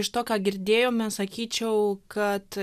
iš to ką girdėjome sakyčiau kad